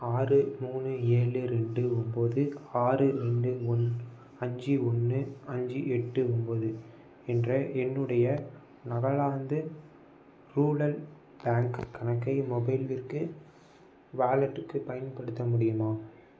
ஆறு மூணு ஏழு ரெண்டு ஒம்பது ஆறு ரெண்டு ஒன் அஞ்சு ஒன்று அஞ்சு எட்டு ஒம்பது என்ற என்னுடைய நகலாந்து ரூரல் பேங்க் கணக்கை மொபைல்விர்க் வாலெட்டுக்கு பயன்படுத்த முடியுமா